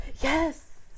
yes